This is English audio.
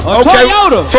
Toyota